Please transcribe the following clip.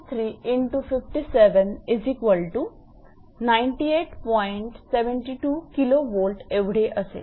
72 𝑘𝑉 एवढे असेल